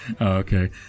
okay